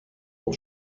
ont